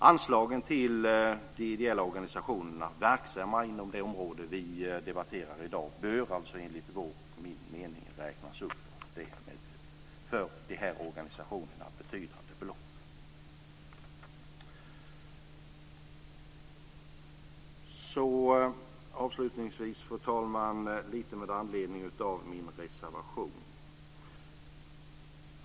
Anslagen till de ideella organisationer som är verksamma inom det område vi debatterar i dag bör alltså enligt vår mening räknas upp med betydande belopp. Avslutningsvis, fru talman, vill jag säga något med anledning av min reservation.